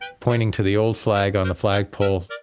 and pointing to the old flag on the flag pole,